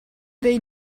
they